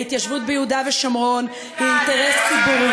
ההתיישבות ביהודה ושומרון היא אינטרס ציבורי.